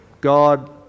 God